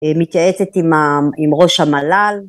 ‫מתייעצת עם ה.. עם ראש המל"ל.